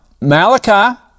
Malachi